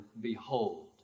behold